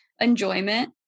Enjoyment